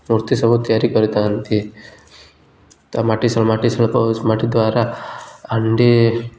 ମୂର୍ତ୍ତି ସବୁ ତିଆରି କରିଥାନ୍ତି ତା ମାଟି ମାଟି ମାଟି ଦ୍ୱାରା ହାଣ୍ଡି